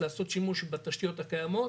לעשות שימוש בתשתיות הקיימות,